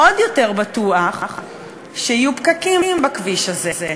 עוד יותר בטוח שיהיו פקקים בכביש הזה,